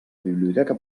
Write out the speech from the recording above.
biblioteca